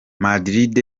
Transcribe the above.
madrid